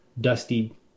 dusty